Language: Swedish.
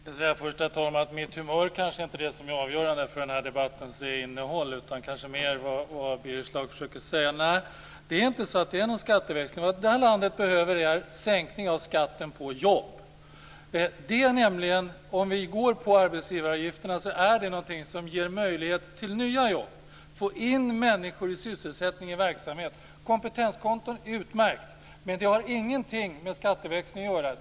Herr talman! Mitt humör är inte avgörande för debattens innehåll utan det är mer vad Birger Schlaug försöker säga. Det är inte fråga om skatteväxling. Det här landet behöver sänkt skatt på jobb. Arbetsgivaravgifterna ger möjlighet till nya jobb, att få in människor i sysselsättning och verksamheter. Det är utmärkt med kompetenskonton, men de har ingenting med skatteväxling att göra.